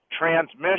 transmission